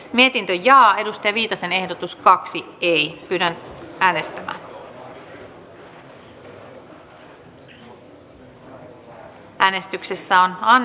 mietintö linjaa edusti hallitus varaa riittävät resurssit maanpuolustusjärjestöjen toiminnan tukemiseksi